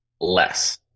less